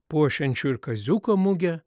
puošiančių ir kaziuko mugę